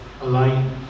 Align